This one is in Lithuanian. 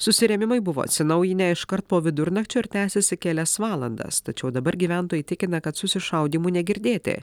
susirėmimai buvo atsinaujinę iškart po vidurnakčio ir tęsėsi kelias valandas tačiau dabar gyventojai tikina kad susišaudymų negirdėti